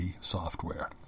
software